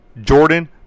Jordan